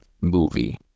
movie